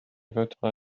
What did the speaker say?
votera